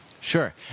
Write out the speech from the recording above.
Sure